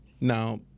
Now